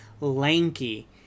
lanky